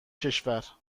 کشور